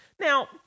now